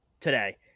Today